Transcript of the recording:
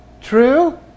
True